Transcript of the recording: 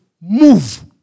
move